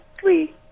three